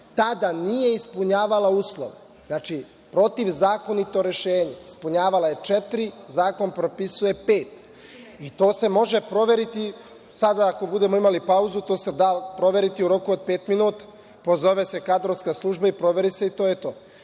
Tada nije ispunjavala uslov. Znači, protivzakonito rešenje. Ispunjavala je četiri, zakon propisuje pet. I to se može proveriti. Sada ako budemo imali pauzu, to se da proveriti u roku od pet minuta. Pozove se Kadrovska služba i proveri se i to je to.I